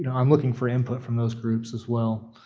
and i'm looking for input from those groups as well.